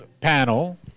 panel